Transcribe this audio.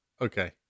Okay